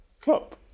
Klopp